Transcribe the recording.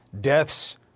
deaths